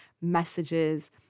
messages